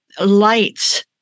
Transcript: lights